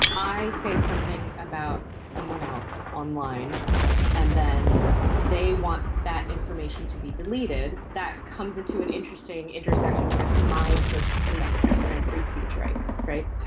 i say something about someone else online and then they want that information to be deleted. that comes into an interesting intersection with my first amendment rights by free speech rights. right.